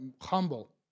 humble